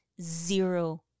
zero